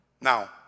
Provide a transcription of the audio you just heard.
Now